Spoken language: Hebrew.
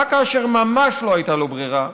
רק כאשר ממש לא הייתה לו ברירה,